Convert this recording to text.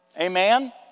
Amen